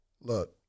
Look